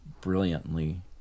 brilliantly